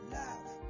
love